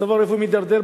מצבו הרפואי מידרדר,